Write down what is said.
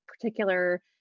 particular